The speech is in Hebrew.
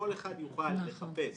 כל אחד יוכל לחפש,